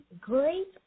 great